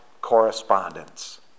correspondence